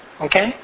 Okay